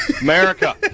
America